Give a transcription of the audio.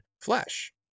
flesh